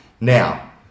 Now